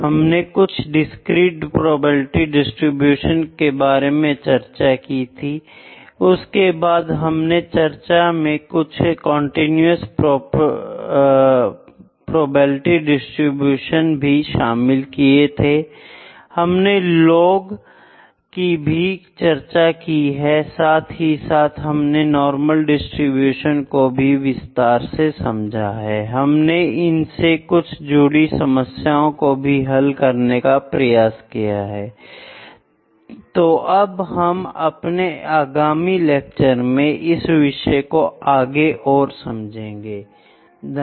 हमने कुछ discrete probability distribution के बारे में चर्चा की थी I उसके बाद हमने चर्चा मैं कुछ कंटीन्यूअस प्रॉपर्टी डिसटीब्यूशन भी शामिल किए थे I हमने लॉगकी भी चर्चा की है साथ ही साथ हमने नॉर्मल डिस्ट्रीब्यूशन को भी विस्तार से समझा I हमने इनसे जुड़ी कुछ समस्याएं भी हल करने का प्रयास किया I तो अब हम अपने आगामी लेक्चर में इस विषय को आगे और समझेंगे I